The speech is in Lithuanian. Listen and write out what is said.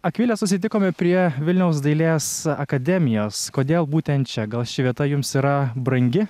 akvilė susitikome prie vilniaus dailės akademijos kodėl būtent čia gal ši vieta jums yra brangi